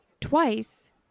twice